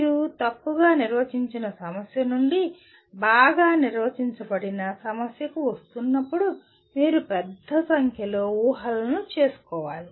మీరు తప్పుగా నిర్వచించిన సమస్య నుండి బాగా నిర్వచించబడిన సమస్యకు వస్తున్నప్పుడు మీరు పెద్ద సంఖ్యలో ఊహలను చేసుకోవాలి